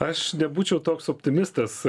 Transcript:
aš nebūčiau toks optimistas